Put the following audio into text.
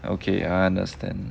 okay I understand